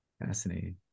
Fascinating